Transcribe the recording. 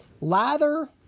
lather